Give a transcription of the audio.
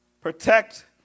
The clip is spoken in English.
Protect